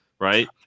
right